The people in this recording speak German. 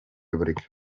übrig